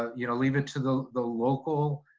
ah you know, leave it to the the local,